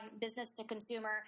business-to-consumer